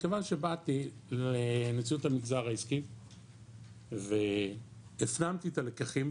מכיוון שבאתי לנשיאות המגזר העסקי והפנמתי את הלקחים